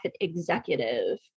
executive